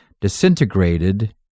disintegrated